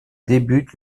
débute